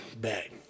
back